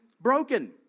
broken